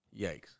Yikes